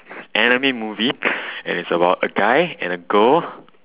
it's anime movie and is about a guy and a girl